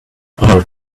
our